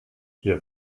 ihr